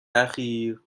اخیر